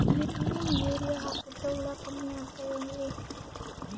Neem urea ಹಾಕದ್ರ ಹುಳ ಕಮ್ಮಿ ಆಗತಾವೇನರಿ?